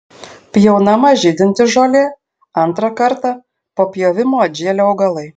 pjaunama žydinti žolė antrą kartą po pjovimo atžėlę augalai